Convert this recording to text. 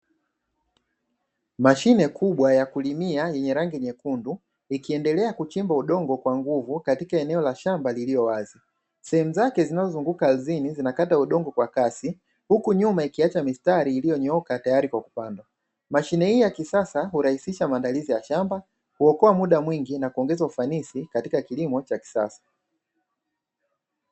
Mashine kubwa ya kulimia yenye rangi nyekundu, ikiendelea kuchimba udongo kwa nguvu katika eneo la shamba lililo wazi. Sehemu zake zinazozunguka ardhini zinakata udongo kwa kasi, huku nyuma ikiacha mistari iliyonyooka tayari kwa kupanda. Mashine hii ya kisasa hurahisisha maandalizi ya shamba, kuokoa muda mwingi na kuongeza ufanisi katika kilimo cha kisasa.